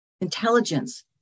intelligence